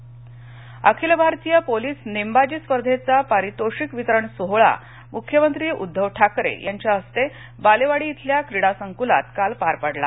उद्धव ठाकरे अखिल भारतीय पोलिस नेमबाजी स्पर्धेचा पारितोषिक वितरण सोहळा मुख्यमंत्री उद्धव ठाकरे यांच्या हस्ते बालेवाडी शिल्या क्रीडा संकुलात काल पार पडला